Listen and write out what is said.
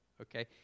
okay